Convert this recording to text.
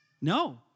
No